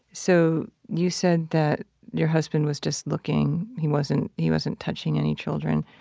so you said that your husband was just looking, he wasn't, he wasn't touching any children,